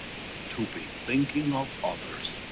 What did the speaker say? to be thinking of others.